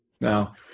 Now